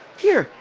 here,